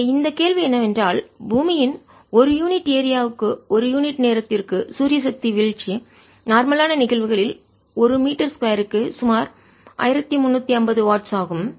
எனவே இந்த கேள்வி என்னவென்றால் பூமியின் ஒரு யூனிட் ஏரியா க்கு ஒரு யூனிட் நேரத்துக்கு சூரிய சக்தி வீழ்ச்சி நார்மலான நிகழ்வுகளில் ஒரு மீட்டர் 2 க்கு சுமார் 1350 வாட்ஸ் ஆகும்